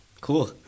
Cool